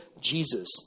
Jesus